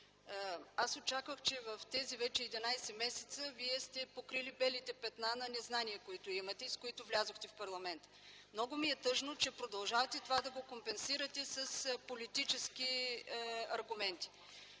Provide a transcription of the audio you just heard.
Аз очаквах, че в тези вече единадесет месеца вие сте покрили белите петна на незнание, които имахте и с които влязохте в парламента. Много ми е тъжно, че продължавате да компенсирате това с политически аргументи.